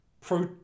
pro